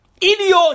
Idiot